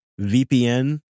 VPN